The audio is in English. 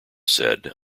said